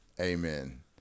amen